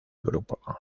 grupo